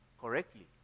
correctly